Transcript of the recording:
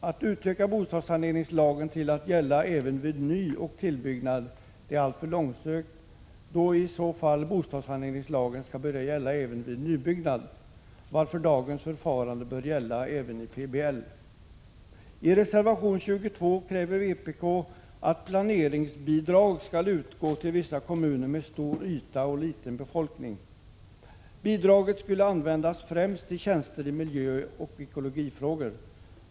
Att utöka bostadssaneringslagen till att gälla även vid nyoch tillbyggnad är alltför långsökt, då i så fall bostadssaneringslagen skall börja gälla även vid nybyggnad. Därför bör dagens förfarande gälla även i PBL. I reservation 22 kräver vpk att planeringsbidrag skall utgå till vissa kommuner med stor yta och liten befolkning. Bidraget skulle användas främst till tjänster i miljöoch ekologifrågor.